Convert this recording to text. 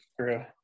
True